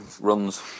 runs